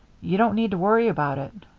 you don't need to worry about it.